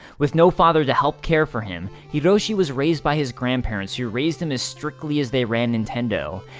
with no father to help care for him, hiroshi was raised by his grandparents who raised him as strictly as they ran nintendo.